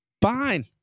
Fine